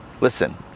Listen